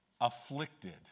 afflicted